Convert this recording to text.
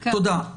תודה.